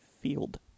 Field